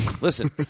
Listen